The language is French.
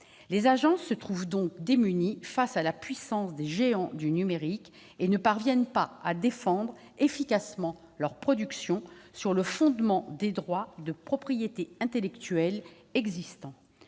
Les agences se trouvent démunies face à la puissance des géants du numérique, et ne parviennent pas à défendre efficacement leurs productions sur le fondement des droits existants de propriété intellectuelle.